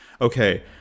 okay